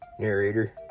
narrator